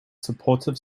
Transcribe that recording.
supportive